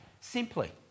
simply